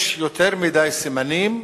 יש יותר מדי סימנים,